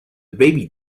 baby